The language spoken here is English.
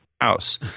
house